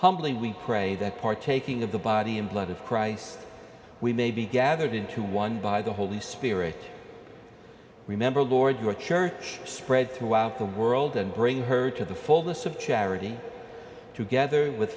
humbly we pray that partaking of the body and blood of christ we may be gathered into one by the holy spirit remember lord your church spread throughout the world and bring her to the fullness of charity together with